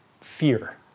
fear